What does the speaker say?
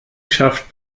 schafft